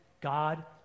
God